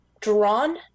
drawn